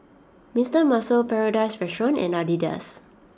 Mister Muscle Paradise Restaurant and Adidas